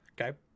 Okay